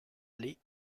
aller